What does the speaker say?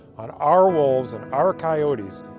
on our wolves, and our coyotes,